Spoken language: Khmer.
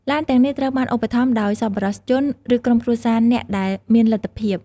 ឡានទាំងនេះត្រូវបានឧបត្ថម្ភដោយសប្បុរសជន ឬក្រុមគ្រួសារអ្នកដែលមានលទ្ធភាព។